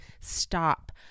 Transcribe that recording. stop